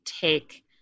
take